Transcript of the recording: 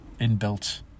inbuilt